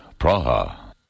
Praha